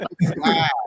Wow